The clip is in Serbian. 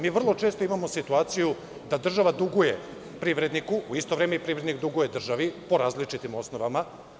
Mi vrlo često imamo situaciju da država duguje privredniku, u isto vreme i privrednik duguje državi po različitim osnovama.